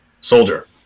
soldier